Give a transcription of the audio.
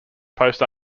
post